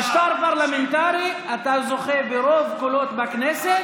במשטר פרלמנטרי אתה זוכה ברוב קולות בכנסת.